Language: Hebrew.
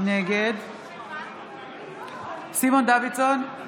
נגד סימון דוידסון,